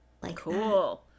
Cool